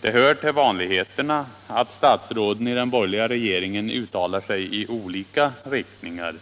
Det hör till vanligheterna att statsråden i den borgerliga regeringen uttalar sig i olika riktningar.